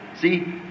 See